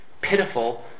pitiful